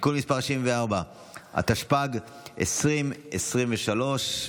התשפ"ג 2023,